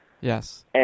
Yes